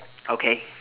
okay